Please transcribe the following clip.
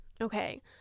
Okay